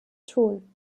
tun